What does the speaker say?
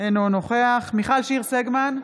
אינו נוכח מיכל שיר סגמן,